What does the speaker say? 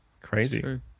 Crazy